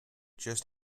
just